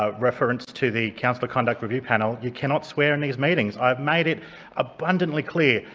ah reference to the councillor conduct review panel. you cannot swear in these meetings. i've made it abundantly clear,